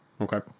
Okay